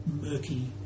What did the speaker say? murky